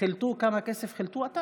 חילטו השנה?